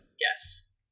Yes